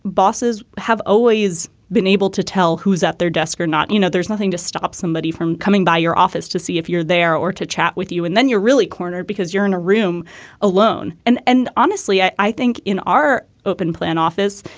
bosses have always been able to tell who's at their desk or not. you know, there's nothing to stop somebody from coming by your office to see if you're there or to chat with you. and then you're really cornered because you're in a room alone. and and honestly, i i think in our open plan office,